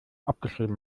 abgeschrieben